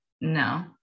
no